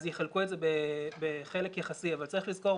אז יחלקו את זה בחלק יחסי אבל צריך לזכור,